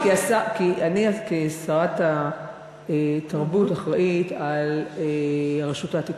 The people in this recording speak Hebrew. אני, כשרת התרבות, אחראית לרשות העתיקות.